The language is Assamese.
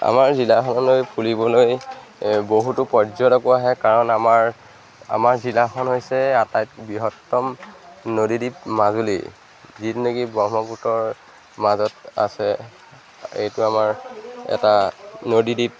আমাৰ জিলাখনলৈ ফুলিবলৈ বহুতো পৰ্যটকো আহে কাৰণ আমাৰ আমাৰ জিলাখন হৈছে আটাইত বৃহত্তম নদীদ্বীপ মাজুলী যিটো নেকি ব্ৰহ্মপুত্ৰৰ মাজত আছে এইটো আমাৰ এটা নদীদ্বীপ